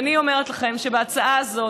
ואני אומרת לכם שבהצעה הזאת,